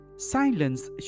Silence